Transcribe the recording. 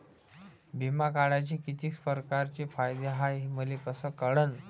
बिमा काढाचे कितीक परकारचे फायदे हाय मले कस कळन?